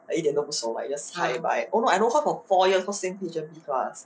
一点都不熟 like you just say bye oh I know her for four year cause same H_M_B class